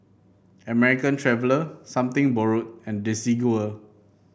American Traveller Something Borrowed and Desigual